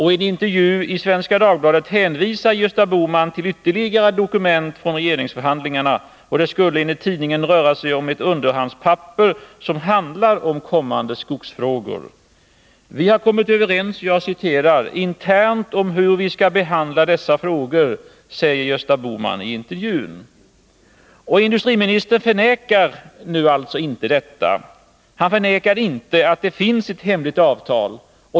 I en intervju i Svenska Dagbladet hänvisar Gösta Bohman till ytterligare dokument från regeringsförhandlingarna. Det skulle enligt tidningen röra sig om ett underhandspapper, som handlar om kommande skogsfrågor: ”Vi har kommit överens internt om hur vi ska behandla dessa frågor”, säger Gösta Bohman i intervjun. Industriministern förnekar nu inte detta. Han förnekar inte att det finns ett hemligt avtal.